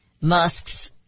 Musk's